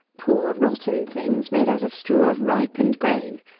poor rotten things, made out of straw of ripened grain.